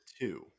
two